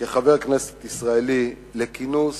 כחבר כנסת ישראלי לכינוס